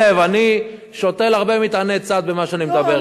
שים לב, אני שותל הרבה מטעני צד במה שאני אומר.